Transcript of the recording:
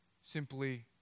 simply